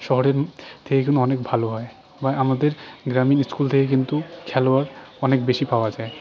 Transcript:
শহরের থেকে কিন্তু অনেক ভালো হয় বা আমাদের গ্রামীণ স্কুল থেকে কিন্তু খেলোয়াড় অনেক বেশি পাওয়া যায়